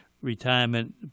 retirement